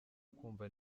ukumva